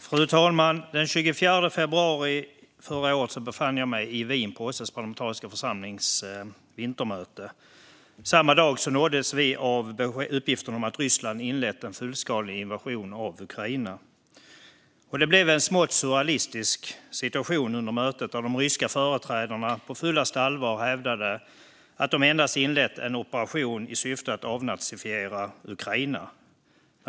Fru talman! Den 24 februari förra året befann jag mig i Wien på OSSE:s parlamentariska församlings vintermöte. Samma dag nåddes vi av uppgifterna om att Ryssland inlett en fullskalig invasion av Ukraina. Det uppstod en smått surrealistisk situation under mötet när de ryska företrädarna på fullaste allvar hävdade att Ryssland endast hade inlett en operation i syfte att avnazifiera Ukraina.